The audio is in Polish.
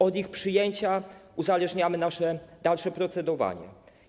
Od ich przyjęcia uzależniamy nasze dalsze procedowanie.